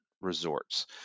resorts